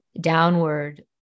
downward